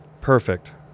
Perfect